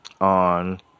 on